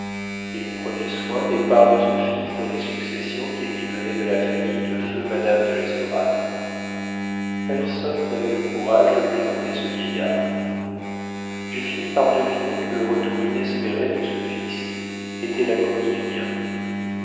il prenait soin des parts de ce fils dans les successions qui lui venaient de la famille de feu madame de l'estorade personne n'avait le courage de plaisanter ce vieillard j'ai fini par deviner que le retour inespéré de ce fils était la cause du mien